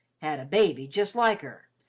had a baby just like her,